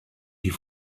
die